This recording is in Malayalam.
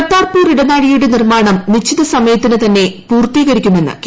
കർത്താർപൂർ ഇടനാഴിയുടെ നിർമ്മാണം നിശ്ചിത സമയത്തിന് തന്നെ പൂർത്തീകരിക്കുമെന്ന് കേന്ദ്രം